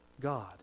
God